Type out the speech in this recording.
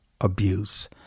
abuse